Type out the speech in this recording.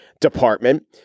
department